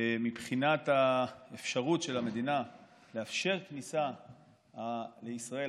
מבחינת האפשרות של המדינה לאפשר כניסה לישראל,